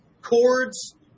cords